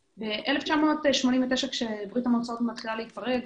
ב-1989 ברית המועצות מתחילה להתפרק.